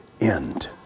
end